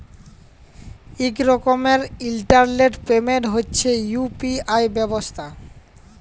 ইক রকমের ইলটারলেট পেমেল্ট হছে ইউ.পি.আই ব্যবস্থা